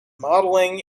modeling